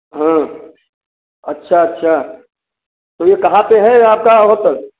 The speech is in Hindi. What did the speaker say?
हाँ अच्छा अच्छा तो ये कहाँ पर है आपका होटल